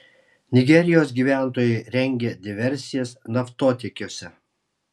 nigerijos gyventojai rengia diversijas naftotiekiuose